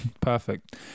perfect